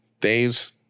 days